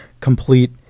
complete